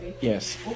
Yes